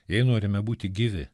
jei norime būti gyvi